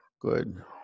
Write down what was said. Good